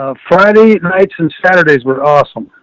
ah friday nights and saturdays were awesome.